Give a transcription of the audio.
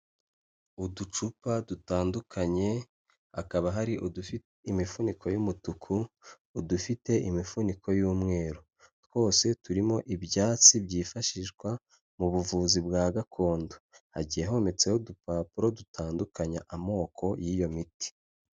Uducupa dutandukanye hakaba hari udufite imifuniko y'umutuku, udufite imifuniko y'umweru ,twose turimo ibyatsi byifashishwa mu buvuzi bwa gakondo, hagiye hometseho udupapuro dutandukanya amoko y'iyo miti.